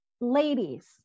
ladies